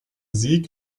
sieg